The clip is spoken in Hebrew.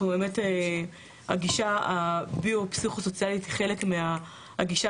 הגישה הביו-פסיכו-סוציאלית היא חלק מהגישה